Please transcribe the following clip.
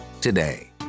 today